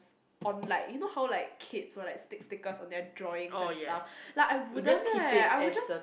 on like you know how like kids were like stick stickers and then drawing and stuff like I wouldn't eh I would just